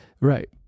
Right